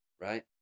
right